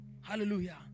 Hallelujah